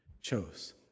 chose